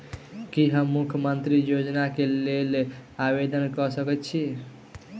की हम मुख्यमंत्री योजना केँ लेल आवेदन कऽ सकैत छी?